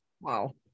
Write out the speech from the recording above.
Wow